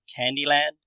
Candyland